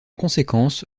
conséquence